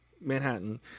Manhattan